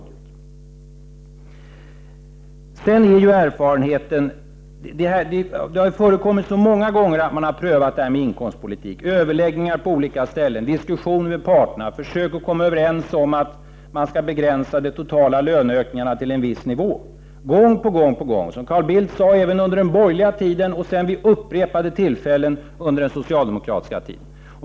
Det har förekommit så många gånger att man har prövat detta med in komstpolitik; i överläggningar på olika ställen, diskussioner med parterna, försök att komma överens om att de totala löneökningarna skall begränsas till en viss nivå. Det har förekommit gång på gång, även under den borgerliga tiden, som Carl Bildt sade, och sedan vid upprepade tillfällen under den socialdemokratiska tiden.